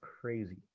crazy